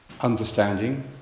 understanding